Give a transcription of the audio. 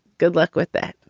good luck with that.